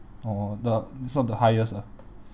oh the it's not the highest ah